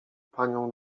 panią